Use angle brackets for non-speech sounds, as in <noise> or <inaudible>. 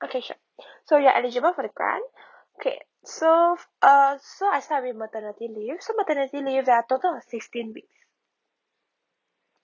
okay sure <breath> so you are eligible for the grand K so uh so I start with maternity leave so maternity leave there're total of sixteen weeks